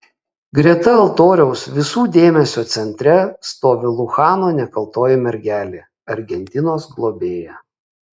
greta altoriaus visų dėmesio centre stovi luchano nekaltoji mergelė argentinos globėja